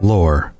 Lore